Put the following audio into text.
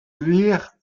lire